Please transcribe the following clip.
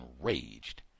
enraged